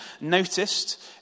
noticed